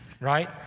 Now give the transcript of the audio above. right